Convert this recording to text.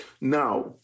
Now